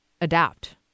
adapt